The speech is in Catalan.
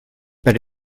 però